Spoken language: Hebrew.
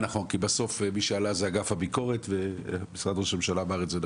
בסוף מי שעלה היה אגף הביקורת ונכון אמר משרד ראש הממשלה.